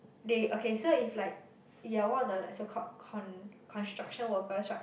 they okay so if like you're one of the like so called con~ construction workers right